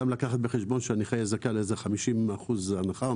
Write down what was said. צריך גם לקחת בחשבון שהמלווים של נכים זכאים ל-50% הנחה.